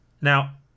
Now